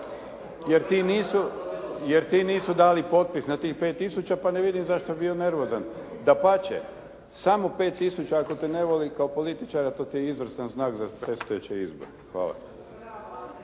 jer ti nisu dali potpis na tih 5 tisuća, pa ne vidim zašto bi bio nervozan. Dapače, samo 5 tisuća ako te ne voli kao političara, to ti je izvrstan znak za predstojeće izbore. Hvala.